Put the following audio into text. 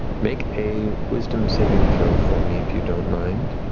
make a wisdom saving throw for me if you don't mind.